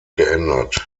geändert